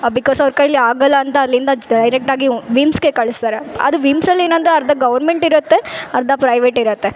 because ಅವ್ರ ಕೈಯಲ್ಲಿ ಆಗಲ್ಲ ಅಂತ ಅಲ್ಲಿಂದ ಡೈರೆಕ್ಟಾಗಿ ವಿಮ್ಸ್ಗೆ ಕಳಿಸ್ತಾರೆ ಅದು ವಿಮ್ಸ್ ಅಲ್ಲಿ ಏನಂತ ಅರ್ಧ ಗೌರ್ಮೆಂಟ್ ಇರುತ್ತೆ ಅರ್ಧ ಪ್ರೈವೆಟ್ ಇರುತ್ತೆ